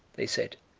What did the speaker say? they said,